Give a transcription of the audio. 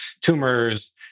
tumors